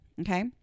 Okay